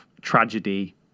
tragedy